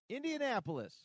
Indianapolis